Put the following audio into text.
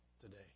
today